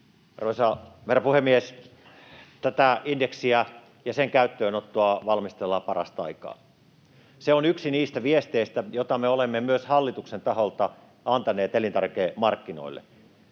Arvoisa herra puhemies! Tätä indeksiä ja sen käyttöönottoa valmistellaan parasta aikaa. Se on yksi niistä viesteistä, jota me olemme myös hallituksen taholta antaneet elintarvikemarkkinoille.